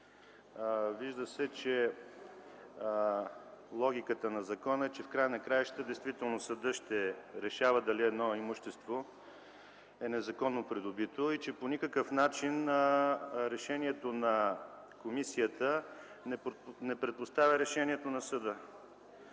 вижда, че логиката на закона е, че в края на краищата действително съдът ще решава дали едно имущество е незаконно придобито и че по никакъв начин решението на комисията не предпоставя решението на съда.